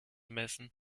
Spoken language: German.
messen